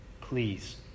Please